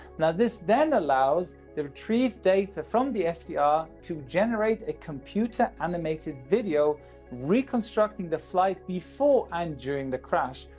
now, this then allows the retrieved data from the fdr to generate a computer animated video reconstructing the flight before and during the crash,